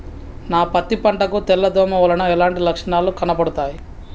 నా పత్తి పంట కు తెల్ల దోమ వలన ఎలాంటి లక్షణాలు కనబడుతాయి?